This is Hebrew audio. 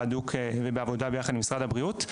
הדוק ובעבודה ביחד עם משרד הבריאות,